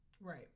Right